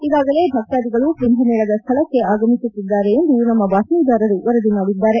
ಈಗಾಗಲೇ ಭಕ್ತಾಧಿಗಳು ಕುಂಭ ಮೇಳದ ಸ್ಥಳಕ್ಕೆ ಆಗಮಿಸುತ್ತಿದ್ದಾರೆ ಎಂದು ನಮ್ಮ ಬಾತ್ತೀದಾರರು ವರದಿ ಮಾಡಿದ್ದಾರೆ